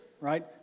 right